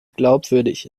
glaubwürdig